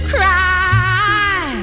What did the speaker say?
cry